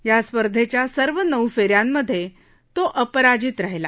या स्पर्धेच्या सर्व नऊ फे यांमधे तो अपराजीत राहिला